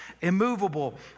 immovable